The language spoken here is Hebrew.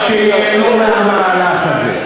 ברוך השם יש גם עסקים קטנים חרדיים שייהנו מהמהלך הזה.